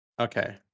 okay